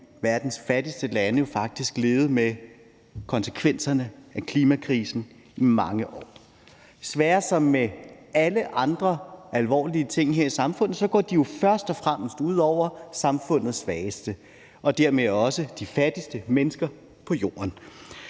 verdens fattigste lande faktisk levet med konsekvenserne af klimakrisen i mange år. Desværre som med alle andre alvorlige ting her i samfundet går de først og fremmest ud over de svageste, og det gælder også de fattigste mennesker på jorden.